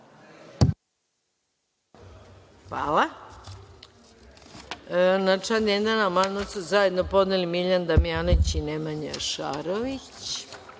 Hvala. Na član 1. amandman su zajedno podneli Miljan Damjanović i Nemanja Šarović. Na